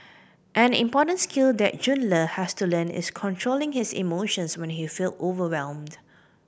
an important skill that Jun Le has to learn is controlling his emotions when he feel overwhelmed